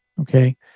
Okay